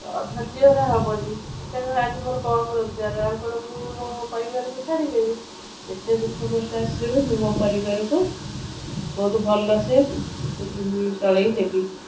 ଧର୍ଯ୍ୟହରା ହବନି ଆଜି ମୋର କମ୍ ରୋଜଗାର ଆଉ କ'ଣ ମୁଁ ମୋ ପରିବାରକୁ ଛାଡ଼ିଦେବି ଏତେ ଦୁଃଖ କଷ୍ଟ ଆସିଲେ ବି ମୁଁ ମୋ ପରିବାରକୁ ବହୁତ ଭଲସେ ଚଳାଇ ନେବି